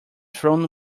thrown